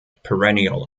perennial